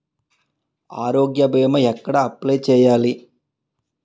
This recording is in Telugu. ఆరోగ్య భీమా ఎక్కడ అప్లయ్ చేసుకోవాలి?